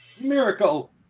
miracle